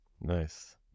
Nice